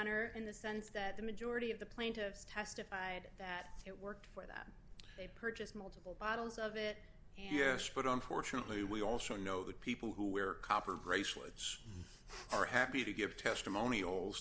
honor in the sense that the majority of the plaintiffs testified that it worked for them they purchase multiple bottles of it yes but unfortunately we also know that people who wear copper bracelets are happy to give testimon